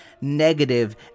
negative